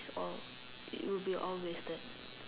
all will be all wasted